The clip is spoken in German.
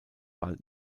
bald